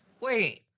Wait